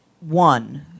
one